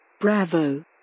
Bravo